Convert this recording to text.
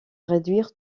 réduire